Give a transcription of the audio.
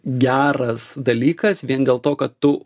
geras dalykas vien dėl to kad tu